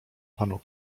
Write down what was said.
panu